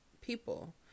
people